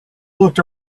looked